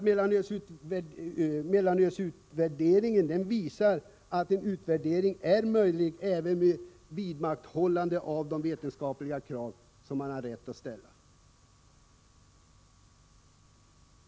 Mellanölsutvärderingen visar att det är möjligt att göra en utvärdering även med vidmakthållande av de vetenskapliga krav som man har rätt att ställa.